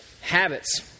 Habits